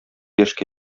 яшькә